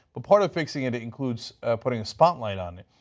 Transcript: but part of fixing it it includes putting a spotlight on it.